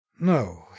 no